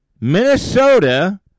Minnesota